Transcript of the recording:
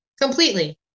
completely